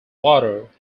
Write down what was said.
water